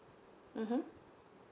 mmhmm